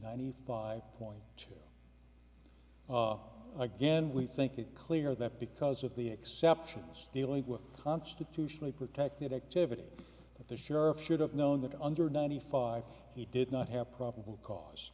ninety five point two again we think it clear that because of the exceptions dealing with constitutionally protected activity the sheriff should have known that under ninety five he did not have probable cause